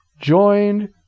joined